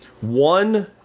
One